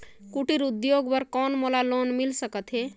कुटीर उद्योग बर कौन मोला लोन मिल सकत हे?